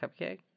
cupcake